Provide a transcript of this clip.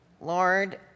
lord